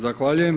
Zahvaljujem.